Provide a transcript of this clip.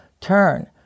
turn